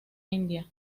india